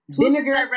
vinegar